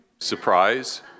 Surprise